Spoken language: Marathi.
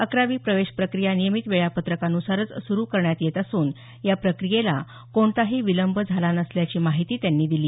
अकरावी प्रवेश प्रक्रिया नियमित वेळापत्रकानुसारच सुरु करण्यात येत असून या प्रक्रियेला कोणताही विलंब झालेला नसल्याची माहिती त्यांनी दिली